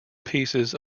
pieces